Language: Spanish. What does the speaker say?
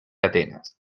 atenas